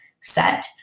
set